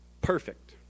perfect